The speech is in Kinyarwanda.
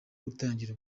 gutangira